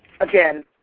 again